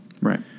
right